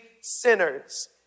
sinners